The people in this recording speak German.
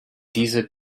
dieser